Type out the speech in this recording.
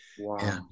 Wow